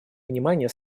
внимание